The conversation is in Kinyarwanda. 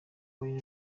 wine